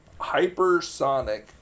hypersonic